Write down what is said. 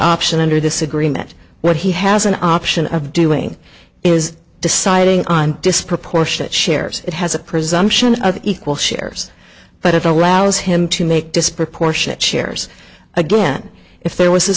option under this agreement what he has an option of doing is deciding on disproportionate shares it has a presumption of equal shares but it allows him to make disproportionate shares again if there was a